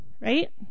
right